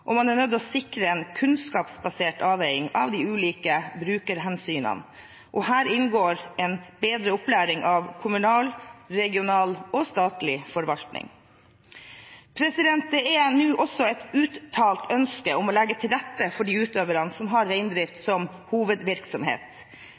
og man er nødt til å sikre en kunnskapsbasert avveining av de ulike brukerhensynene. Her inngår en bedre opplæring av kommunal, regional og statlig forvaltning. Det er nå også et uttalt ønske om å legge til rette for de utøverne som har reindrift